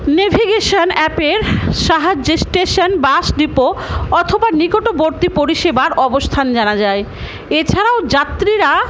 navigation অ্যাপের সাহায্যে station bus depot অথবা নিকটবর্তী পরিষেবার অবস্থান জানা যায় এছাড়াও যাত্রীরা